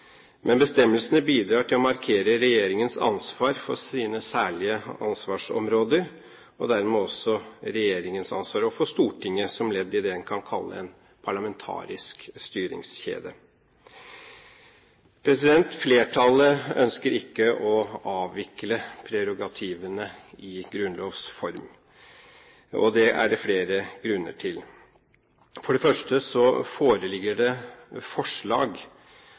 Men bestemmelsene bidrar til å markere regjeringens ansvar for sine særlige ansvarsområder, og dermed også regjeringens ansvar overfor Stortinget, som ledd i det man kan kalle en parlamentarisk styringskjede. Flertallet ønsker ikke å avvikle prerogativene i grunnlovs form. Det er det flere grunner til. For det første foreligger det forslag